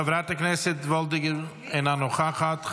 חברת הכנסת וולדיגר, אינה נוכחת.